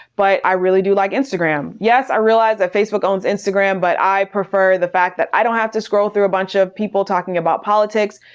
but i really do like instagram. yes, i realize that facebook owns instagram, but i prefer the fact that i don't have to scroll through a bunch of people talking about politics.